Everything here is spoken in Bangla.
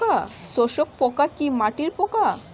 শোষক পোকা কি মাটির পোকা?